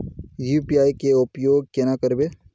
UPI के उपयोग केना करबे?